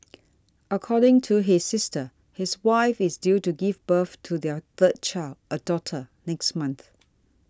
according to his sister his wife is due to give birth to their third child a daughter next month